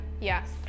yes